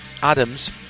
Adams